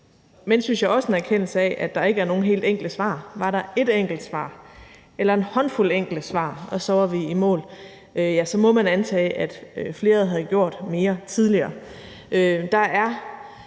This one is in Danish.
Men, synes jeg også, en erkendelse af, at der ikke er nogen helt enkle svar. Var der et enkelt svar eller en håndfuld enkle svar, og så var vi i mål, ja, så må man antage, at flere havde gjort mere tidligere.